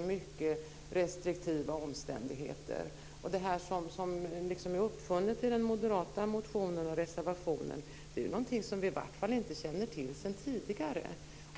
mycket restriktiva omständigheter. Och detta som liksom är uppfunnet i den moderata motionen och reservationen är ju någonting som vi i alla fall inte känner till sedan tidigare.